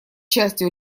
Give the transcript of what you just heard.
частью